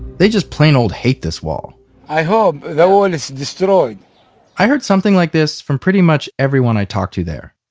they just plain old hate this wall i hope the wall is destroyed i heard something like this from pretty much everyone i talked to there.